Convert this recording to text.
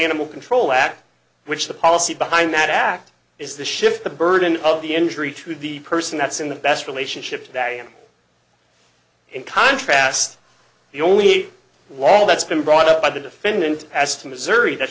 animal control act which the policy behind that act is the shift the burden of the injury to the person that's in the best relationship that i am in contrast the only wall that's been brought up by the defendant as to missouri that